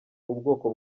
ubwoko